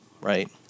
right